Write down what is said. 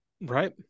right